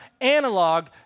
analog